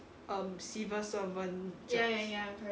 um civil servant jobs